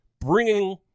bringing